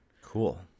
cool